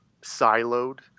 siloed